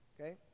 Okay